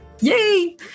Yay